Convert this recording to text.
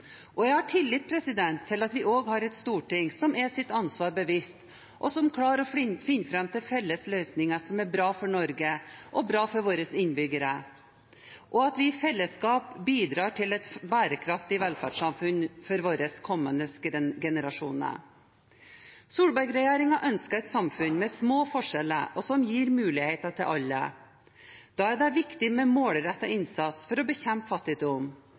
statsminister. Jeg har tillit til at vi også har et storting som er sitt ansvar bevisst, og som klarer å finne fram til felles løsninger som er bra for Norge, bra for våre innbyggere, og at vi i fellesskap bidrar til et bærekraftig velferdssamfunn for våre kommende generasjoner. Solberg-regjeringen ønsker et samfunn med små forskjeller og som gir muligheter til alle. Da er det viktig med målrettet innsats for å bekjempe fattigdom.